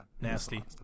Nasty